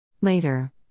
Later